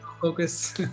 Focus